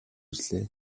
ирлээ